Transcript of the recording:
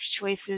choices